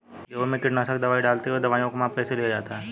गेहूँ में कीटनाशक दवाई डालते हुऐ दवाईयों का माप कैसे लिया जाता है?